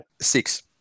Six